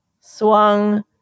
swung